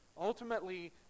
Ultimately